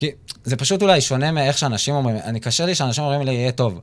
כי זה פשוט אולי שונה מאיך שאנשים אומרים... אני קשה לי שאנשים אומרים לי, יהיה טוב.